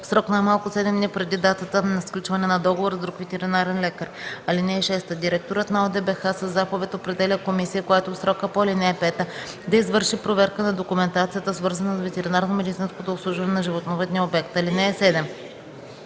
срок най-малко 7 дни преди датата на сключване на договор с друг ветеринарен лекар. (6) Директорът на ОДБХ със заповед определя комисия, която в срока по ал. 5 да извърши проверка на документацията, свързана с ветеринарномедицинското обслужване на животновъдния обект. (7)